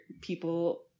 people